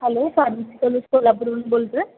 hello pharmacy college कोल्हापूरहून बोलतो आहे